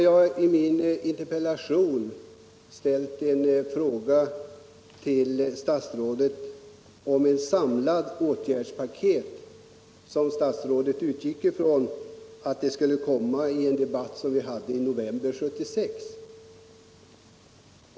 I min interpellation har jag frågat statsrådet om ett samlat åtgärdspaket är att vänta på det sätt som statsrådet lovade i en debatt i november 1976.